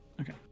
Okay